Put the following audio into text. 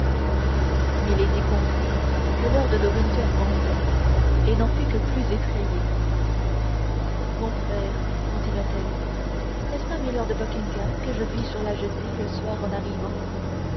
milady comprit que lord de winter mentait et n'en fut que plus effrayée mon frère continua-t-elle n'est-ce pas milord buckingham que je vis sur la jetée le soir en arrivant